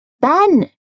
Ben